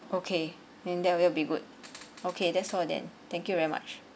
okay then that will be good okay that's all then thank you very much